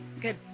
good